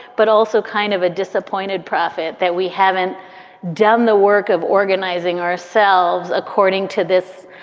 but also kind of a disappointed prophet that we haven't done the work of organizing ourselves. according to this,